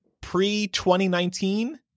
pre-2019